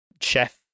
Chef